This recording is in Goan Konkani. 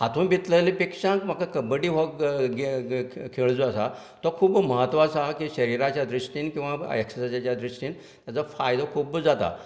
हातूंत भितरलें पेक्षाय म्हाका कब्बडी हो खेळ जो आसा तो खूब म्हत्वाचो आहां शरीराच्या दृश्टीन किंवां एक्ससाइजच्या दृश्टीन हाचो फायदो खूब्ब जाता